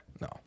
no